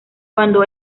cuando